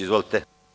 Izvolite.